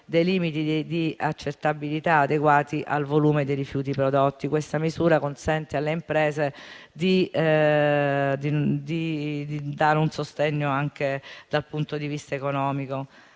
dei limiti di accettabilità adeguati al volume dei rifiuti prodotti. Questa misura consente alle imprese di dare un sostegno anche dal punto di vista economico.